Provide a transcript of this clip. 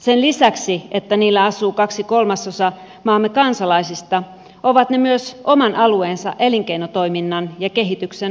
sen lisäksi että niillä asuu kaksi kolmasosaa maamme kansalaisista ovat ne myös oman alueensa elinkeinotoiminnan ja kehityksen vetureita